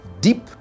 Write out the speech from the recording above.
Deep